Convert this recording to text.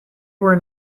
were